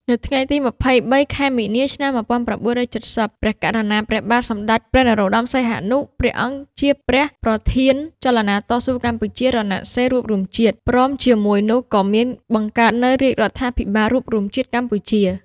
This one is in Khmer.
នៅថ្ងៃទី២៣ ខែមីនា ឆ្នាំ១៩៧០ ព្រះករុណា ព្រះបាទសម្តេច ព្រះនរោត្តម សីហនុ ព្រះអង្គជាព្រះប្រធានចលនាតស៊ូកម្ពុជា «រណសិរ្សរួបរួមជាតិ» ព្រមជាមួយរនោះក៏មានបង្កើតនូវរាជរដ្ឋាភិបាលរួបរួមជាតិកម្ពុជា។